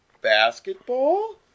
Basketball